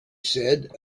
said